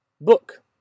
Book